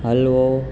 હલવો